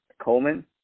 Coleman